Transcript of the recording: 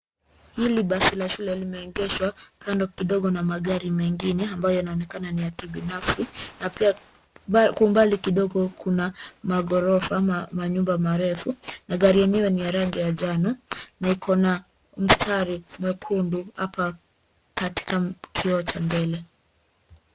Hili basi la shule limeegeshwa kando kidogo na magari mengine ambayo yanaonekana ni ya kibinafsi na pia kwa umbali kidogo kuna maghorofa, manyumba marefu na gari yenyewe ni ya rangi ya njano na ikona mstari mwekundu hapa katika kioo cha mbele.